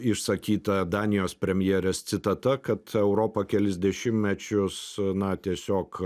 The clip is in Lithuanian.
išsakyta danijos premjerės citata kad europa kelis dešimtmečius na tiesiog